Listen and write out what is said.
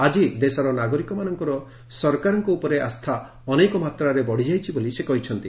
ଆଜି ଦେଶର ନାଗରିକମାନଙ୍କର ସରକାରଙ୍କ ଉପରେ ଆସ୍ଥା ଅନେକ ମାତ୍ରାରେ ବଢ଼ିଯାଇଛି ବୋଲି ସେ କହିଛନ୍ତି